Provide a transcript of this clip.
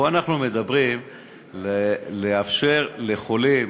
פה אנחנו מדברים על לאפשר לחולים,